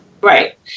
Right